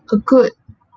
a good